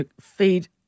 feed